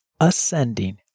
ascending